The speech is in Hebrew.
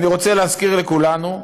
אני רוצה להזכיר לכולנו,